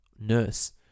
nurse